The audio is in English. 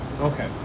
Okay